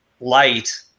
light